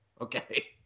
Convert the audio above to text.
Okay